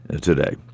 today